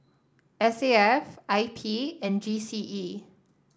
S A F I P and G C E